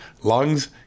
lungs